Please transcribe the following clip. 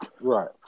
Right